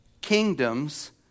kingdoms